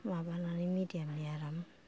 माबानानै मिदियामनि आराम